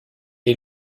est